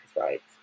rights